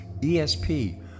ESP